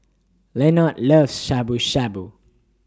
Lenord loves Shabu Shabu